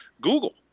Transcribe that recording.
Google